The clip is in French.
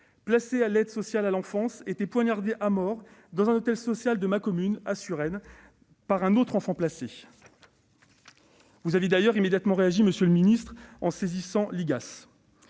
placé à l'aide sociale à l'enfance, était poignardé à mort dans un hôtel social de Suresnes, ma commune, par un autre enfant placé. Vous aviez d'ailleurs immédiatement réagi, monsieur le secrétaire d'État, en saisissant l'IGAS.